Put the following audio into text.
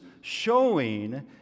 showing